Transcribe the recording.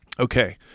Okay